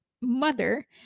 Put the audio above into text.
mother